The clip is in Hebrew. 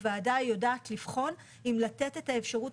הוועדה יודעת לבחון אם לתת את האפשרות